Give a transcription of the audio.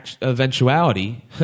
eventuality